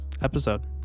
episode